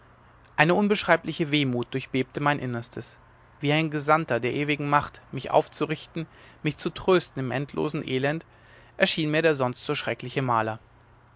eine unbeschreibliche wehmut durchbebte mein innerstes wie ein gesandter der ewigen macht mich aufzurichten mich zu trösten im endlosen elend erschien mir der sonst so schreckliche maler